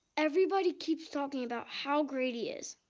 everybody keeps talking about how great he is,